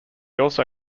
also